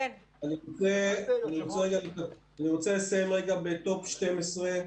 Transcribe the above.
אני רוצה לסיים ב-Top-12.